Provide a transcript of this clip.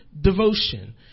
devotion